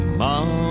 mom